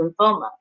lymphoma